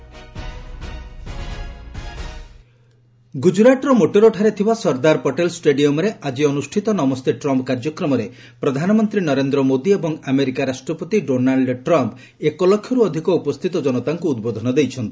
ପ୍ରେଜ୍ ଟ୍ରମ୍ପ୍ ମୋଦି ଗୁଜରାଟ ଗ୍ରଜରାଟ୍ର ମୋଟେରାଠାରେ ଥିବା ସର୍ଦ୍ଦାର୍ ପଟେଲ୍ ଷ୍ଟାଡିୟମ୍ରେ ଆଜି ଅନୁଷ୍ଠିତ 'ନମସ୍ତେ ଟ୍ରମ୍ପ୍' କାର୍ଯ୍ୟକ୍ରମରେ ପ୍ରଧାନମନ୍ତ୍ରୀ ନରେନ୍ଦ୍ର ମୋଦି ଏବଂ ଆମେରିକା ରାଷ୍ଟ୍ରପତି ଡୋନାଲ୍ଡ୍ ଟ୍ରମ୍ପ୍ ଏକ ଲକ୍ଷରୁ ଅଧିକ ଉପସ୍ଥିତ ଜନତାଙ୍କୁ ଉଦ୍ବୋଧନ ଦେଇଛନ୍ତି